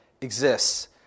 exists